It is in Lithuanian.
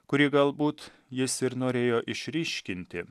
kurį galbūt jis ir norėjo išryškinti